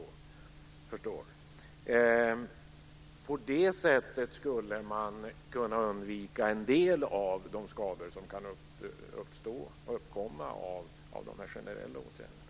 På det sättet skulle man kunna undvika en del av de skador som kan uppkomma av de generella åtgärderna.